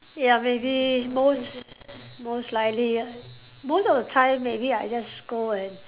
ya maybe most most likely most of the time maybe I just go and